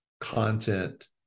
content